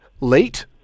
Late